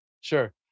Sure